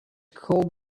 called